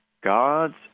God's